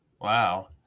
Wow